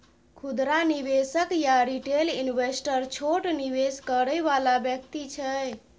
खुदरा निवेशक या रिटेल इन्वेस्टर छोट निवेश करइ वाला व्यक्ति छै